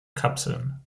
kapseln